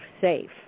safe